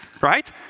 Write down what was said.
Right